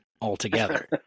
altogether